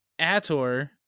Ator